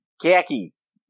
khakis